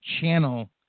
channel